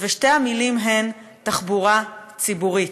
שתי המילים הן תחבורה ציבורית.